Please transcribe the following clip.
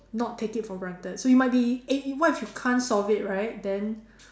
not take it for granted so you might be eh what if you can't solve it right then